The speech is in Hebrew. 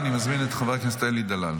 אני מזמין את חבר הכנסת אלי דלל,